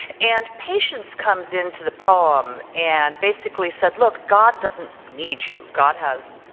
and patience comes into the poem and basically said look god doesn't need you, god has